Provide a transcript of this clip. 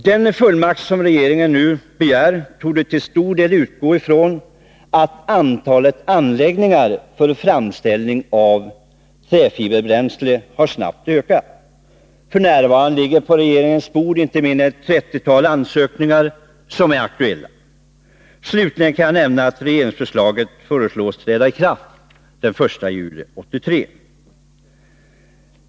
Den fullmakt som regeringen nu begär torde till stor del utgå från att antalet anläggningar för framställning av träfiberbränsle snabbt ökat. F. n. ligger på regerings bord inte mindre än ett trettiotal ansökningar som är aktuella. Jag kan nämna att regeringsförslaget föreslås träda i kraft den 1 juli 1983.